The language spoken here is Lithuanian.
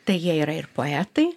tai jie yra ir poetai